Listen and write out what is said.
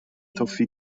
toffee